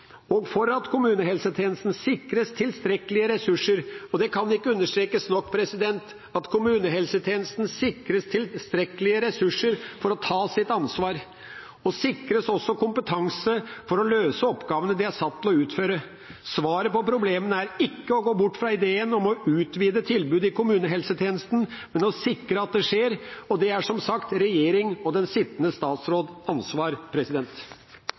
og for at kommunehelsetjenesten sikres tilstrekkelige ressurser. Og det kan ikke understrekes nok at kommunehelsetjenesten må sikres tilstrekkelige ressurser for å ta sitt ansvar og må også sikres kompetanse for å løse oppgavene de er satt til å utføre. Svaret på problemene er ikke å gå bort fra ideen om å utvide tilbudet i kommunehelsetjenesten, men å sikre at det skjer – og det er som sagt regjering og den sittende statsråds ansvar.